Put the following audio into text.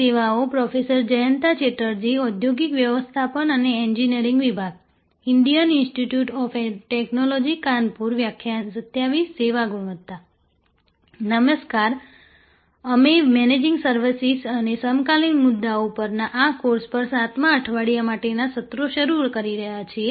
સેવા ગુણવત્તા નમસ્કાર અમે મેનેજિંગ સર્વિસીસ અને સમકાલીન મુદ્દાઓ પરના આ કોર્સ પર 7મા અઠવાડિયા માટે સત્રો શરૂ કરી રહ્યા છીએ